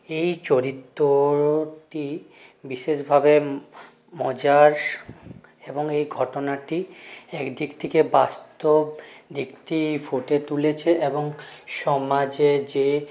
এই চরিত্রটি বিশেষভাবে মজার এবং এই ঘটনাটি একদিক থেকে বাস্তব দিকটি ফুটিয়ে তুলেছে এবং সমাজে যে